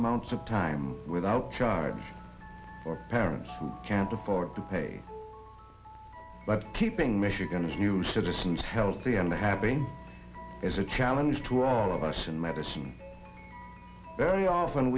amounts of time without charge or parents can't afford to pay but keeping michigan hugh citizens healthy and happy is a challenge to all of us in medicine very often